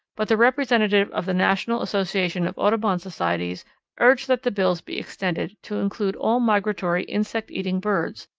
but the representative of the national association of audubon societies urged that the bills be extended to include all migratory insect-eating birds,